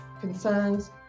concerns